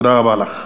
תודה רבה לך.